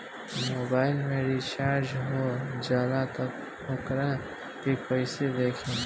Mobile में recharge हो जाला त वोकरा के कइसे देखी?